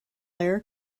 air